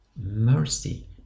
mercy